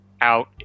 out